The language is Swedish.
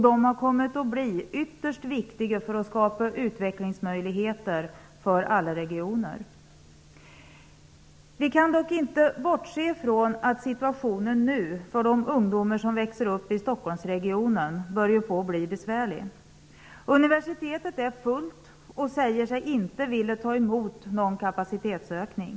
De har kommit att bli ytterst viktiga för att skapa utvecklingsmöjligheter för alla regioner. Vi kan dock inte bortse från att situationen för de ungdomar som växer upp i Stockholmsregionen nu börjar bli besvärlig. Universitetet är fullt och säger sig inte vilja ta emot någon kapacitetsökning.